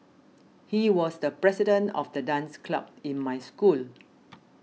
he was the president of the dance club in my school